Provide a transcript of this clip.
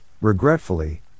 regretfully